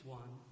one